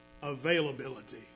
Availability